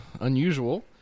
Unusual